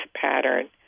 pattern